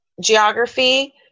Geography